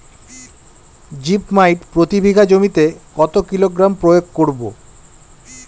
Zip মাইট প্রতি বিঘা জমিতে কত কিলোগ্রাম প্রয়োগ করব?